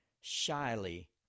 shyly